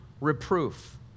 reproof